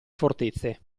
fortezze